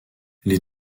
les